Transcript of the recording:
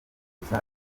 gusa